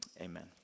Amen